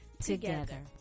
together